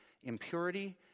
impurity